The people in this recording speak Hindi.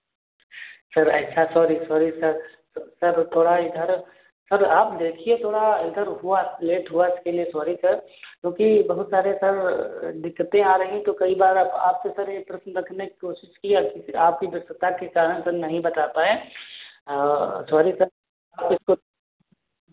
सर ऐसा सॉरी सॉरी सर सर थोड़ा इधर सर आप देखिए थोड़ा इधर हुआ लेट हुआ इसके लिए सॉरी सर क्योंकि बहुत सारी सर दिक्कतें आ रही तो कई बार अब आपको सर ये प्रश्न रखने की कोशिश किए अच्छे से आपकी व्यस्तता के कारण सर नहीं बता पाए सॉरी सर अब इसको